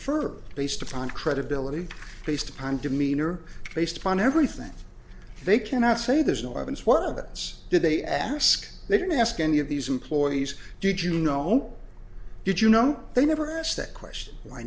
er based upon credibility based upon demeanor based upon everything they cannot say there's no weapons well that's did they ask they didn't ask any of these employees did you know did you know never asked that question why